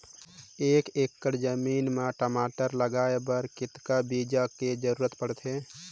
एक एकड़ जमीन म टमाटर लगाय बर कतेक बीजा कर जरूरत पड़थे?